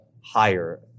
higher